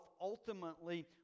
ultimately